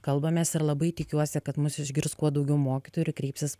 kalbamės ir labai tikiuosi kad mus išgirs kuo daugiau mokytojų ir kreipsis